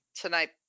tonight